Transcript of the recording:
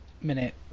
minute